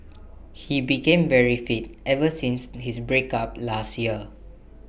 he became very fit ever since his breakup last year